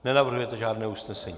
Nenavrhujete žádné usnesení?